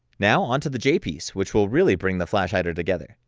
now, onto the j piece which will really bring the flash hider together.